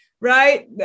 right